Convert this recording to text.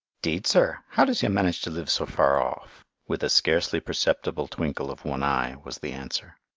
deed, sir, how does you manage to live so far off? with a scarcely perceptible twinkle of one eye, was the answer.